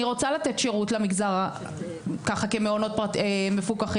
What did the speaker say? אני רוצה לתת שירות למגזר ככה כמעונות מפוקחים,